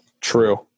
True